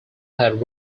had